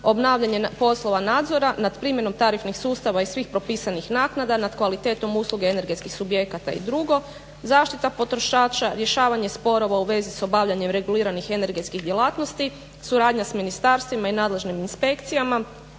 obavljanje poslova nadzora nad primjenom tarifnih sustava i svih propisanih naknada nad kvalitetom usluge energetskih subjekata i drugo, zaštita potrošača, rješavanje sporova u vezi sa obavljanjem reguliranih energetskih djelatnosti, suradnja sa ministarstvima i nadležnim inspekcijama,